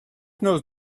noz